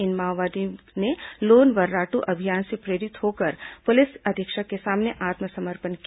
इन माओवादियों ने लोन वर्राद्र अभियान से प्रेरित होकर अधीक्षक के सामने आत्मसमर्पण किया